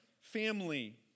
family